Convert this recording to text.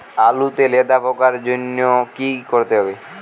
আলুতে লেদা পোকার জন্য কি করতে হবে?